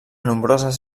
nombroses